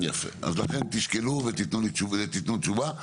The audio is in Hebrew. לכן תשקלו ותנו לי תשובה.